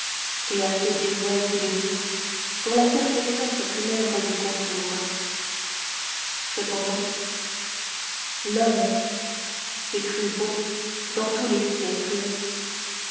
et à ceux des oiseaux de nuit pour la perfection circulaire du contour cependant l'homme s'est cru beau dans tous les siècles